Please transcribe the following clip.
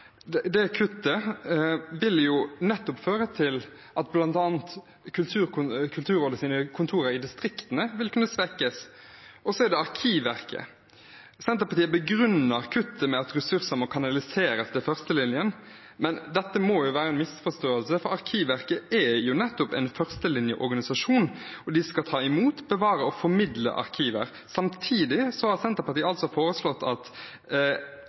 Kulturrådet. Det kuttet vil nettopp føre til at bl.a. Kulturrådets kontorer i distriktene vil kunne svekkes. Så er det Arkivverket. Senterpartiet begrunner kuttet med at ressurser må kanaliseres til førstelinjen, men det må være en misforståelse, for Arkivverket er nettopp en førstelinjeorganisasjon. De skal ta imot, bevare og formidle arkiver. Samtidig har Senterpartiet foreslått at